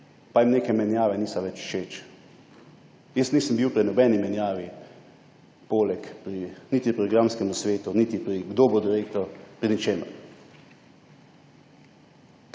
pa jim neke menjave niso več všeč. Jaz nisem bil pri nobeni menjavi poleg, niti pri programskemu svetu niti pri tem, kdo bo direktor, pri ničemer.